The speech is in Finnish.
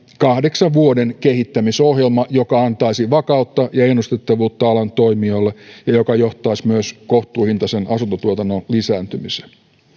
kahdeksan vuoden kehittämisohjelma joka antaisi vakautta ja ennustettavuutta alan toimijoille ja joka johtaisi myös kohtuuhintaisen asuntotuotannon lisääntymiseen